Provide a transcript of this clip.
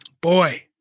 Boy